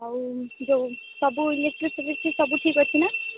ଆଉ ଯେଉଁ ସବୁ ଇଲେକ୍ଟ୍ରିକ୍ ଫିଲେକ୍ଟ୍ରି ସବୁ ଠିକ୍ ଅଛି ନା